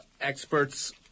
experts